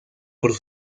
por